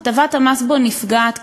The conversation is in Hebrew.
הטבת המס בו נפגעת קצת,